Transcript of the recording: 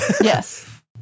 Yes